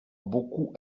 beaucoup